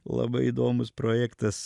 labai įdomus projektas